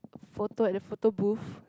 photo at the photo booth